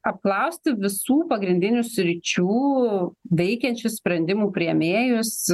apklausti visų pagrindinių sričių veikiančių sprendimų priėmėjus